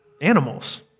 Animals